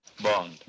bond